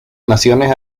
naciones